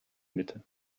mitte